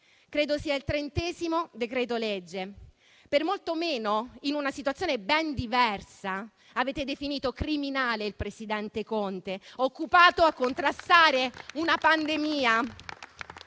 credo sia il trentesimo decreto-legge: per molto meno, in una situazione ben diversa, avete definito criminale il presidente Conte, occupato a contrastare una pandemia.